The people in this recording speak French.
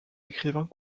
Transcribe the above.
écrivains